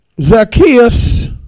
Zacchaeus